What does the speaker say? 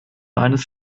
eines